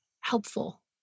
helpful